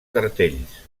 cartells